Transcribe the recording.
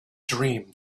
dream